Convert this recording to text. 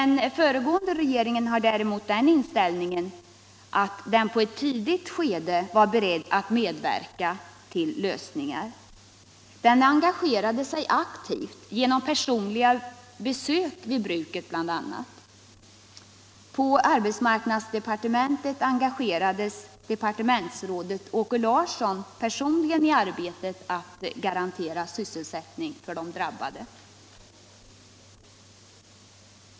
Den föregående regeringen hade däremot den inställningen att den på ett tidigt skede var beredd att medverka till att finna lösningar. Den engagerade sig aktivt bl.a. genom personliga besök vid bruket. På arbetsmarknadsdepartementet engagerades departementsrådet Åke Larsson personligen i arbetet att garantera sysselsättning för de drabbade.